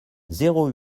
zéro